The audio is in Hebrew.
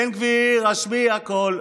בן גביר, השמע קול.